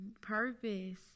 Purpose